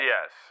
Yes